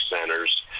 centers